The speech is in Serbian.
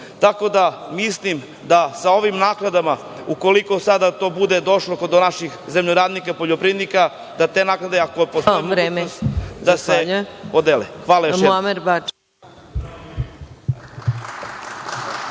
Tako da, mislim da sa ovim naknadama, ukoliko sada to bude došlo do naših zemljoradnika poljoprivrednika, da te naknade ako postoji mogućnost, da se podele. Hvala još jednom.